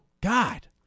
God